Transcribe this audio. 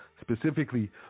specifically